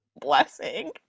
blessing